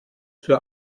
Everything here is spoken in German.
für